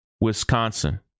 wisconsin